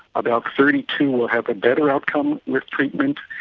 about thirty two will have a better outcome with treatment,